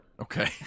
Okay